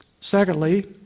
Secondly